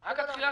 זה עניין טכני.